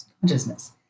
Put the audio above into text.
consciousness